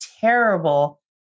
terrible